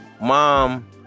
mom